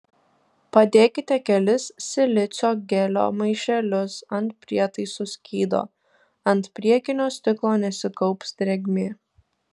padėkite kelis silicio gelio maišelius ant prietaisų skydo ant priekinio stiklo nesikaups drėgmė